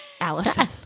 Allison